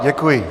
Děkuji.